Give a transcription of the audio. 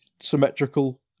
symmetrical